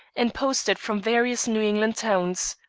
and posted from various new england towns.